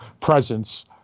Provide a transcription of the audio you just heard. presence